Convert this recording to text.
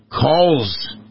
calls